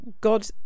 God